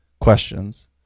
questions